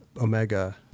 Omega